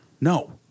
No